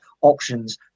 options